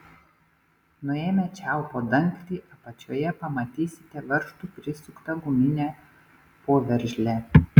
nuėmę čiaupo dangtį apačioje pamatysite varžtu prisuktą guminę poveržlę